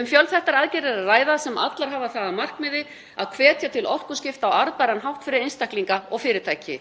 Um fjölþættar aðgerðir er að ræða sem allar hafa það að markmiði að hvetja til orkuskipta á arðbæran hátt fyrir einstaklinga og fyrirtæki.